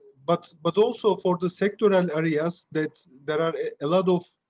but but also for the sector and areas that there are a lot of